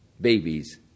Babies